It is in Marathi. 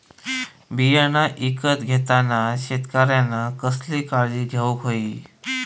बियाणा ईकत घेताना शेतकऱ्यानं कसली काळजी घेऊक होई?